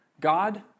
God